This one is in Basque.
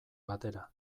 batera